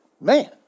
man